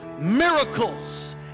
miracles